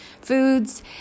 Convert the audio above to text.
foods